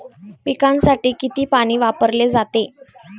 पिकांसाठी किती पाणी वापरले जाते?